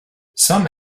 some